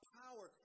power